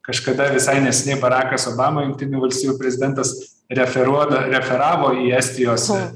kažkada visai neseniai barakas obama jungtinių valstijų prezidentas referuoda referavo į estijos